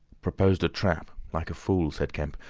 proposed a trap like a fool, said kemp,